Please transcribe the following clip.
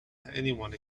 anyone